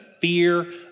fear